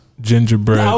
gingerbread